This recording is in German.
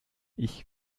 ich